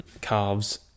calves